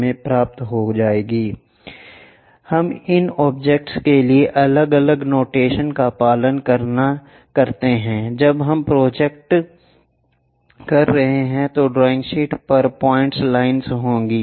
हम इन ऑब्जेक्ट्स के लिए अलग अलग नोटेशन का पालन करते हैं जब हम प्रोजेक्ट कर रहे हैं तो ड्रॉइंग शीट पर पॉइंट लाइन्स होंगी